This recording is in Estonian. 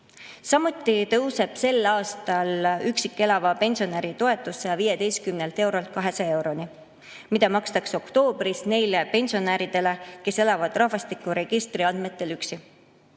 Samuti tõuseb sel aastal üksi elava pensionäri toetus 115 eurolt 200 euroni, mida makstakse oktoobris neile pensionäridele, kes elavad rahvastikuregistri andmetel üksi.